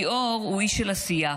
ליאור הוא איש של עשייה: